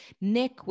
Nick